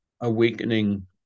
awakening